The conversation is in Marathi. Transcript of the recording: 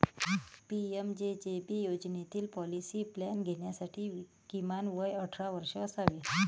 पी.एम.जे.जे.बी योजनेतील पॉलिसी प्लॅन घेण्यासाठी किमान वय अठरा वर्षे असावे